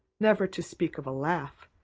never to speak of a laugh,